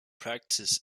practice